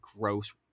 gross